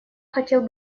хотел